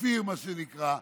מה שנקרא שפיר,